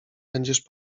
będziesz